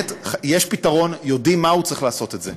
יש פתרון, יודעים מהו, צריך לעשות את זה.